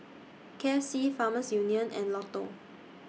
K F C Farmers Union and Lotto